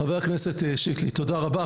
חבר הכנסת שיקלי, תודה רבה.